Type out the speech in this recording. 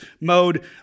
mode